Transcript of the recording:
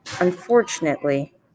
unfortunately